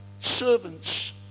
servants